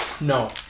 No